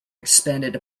expanded